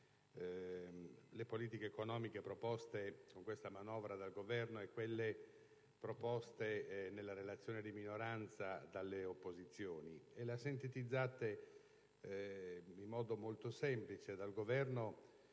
le politiche economiche proposte con questa manovra dal Governo e quelle proposte nella relazione di minoranza dalle opposizioni. E le ha sintetizzate in modo molto semplice: il Governo